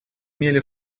имели